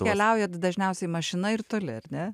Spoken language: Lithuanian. keliaujat dažniausiai mašina ir toli ar ne